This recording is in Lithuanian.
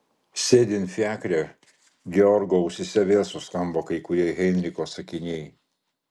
sėdint fiakre georgo ausyse vėl suskambo kai kurie heinricho sakiniai